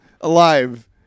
alive